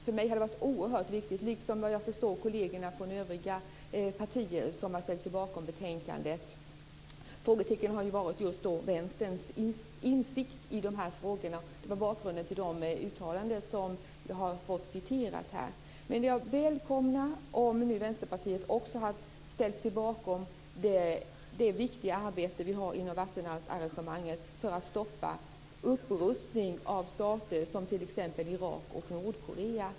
För mig har detta varit oerhört viktigt. Vad jag förstår har det också varit det för kollegerna från övriga partier, som har ställt sig bakom betänkandet. Frågetecknen har gällt Vänsterns insikt i de här frågorna. Det var bakgrunden till de uttalanden som jag har fått återgivna här. Jag välkomnar om nu Vänsterpartiet också har ställt sig bakom det viktiga arbete vi har inom Wassenaararrangemanget för att stoppa upprustning av stater som t.ex. Irak och Nordkorea.